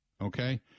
Okay